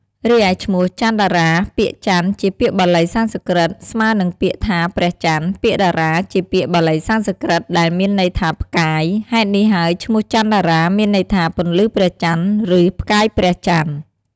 រីឯឈ្មោះ ច័ន្ទតារា ពាក្យច័ន្ទ ជាពាក្យបាលីសំស្ក្រឹតស្មើនឹងពាក្យថាព្រះចន្ទ ពាក្យតារា ជាពាក្យបាលីសំស្ក្រឹតដែលមានន័យថាផ្កាយ ហេតុនេះហើយឈ្មោះ ច័ន្ទតារា មានន័យថា ពន្លឺព្រះចន្ទ ឬ ផ្កាយព្រះចន្ទ។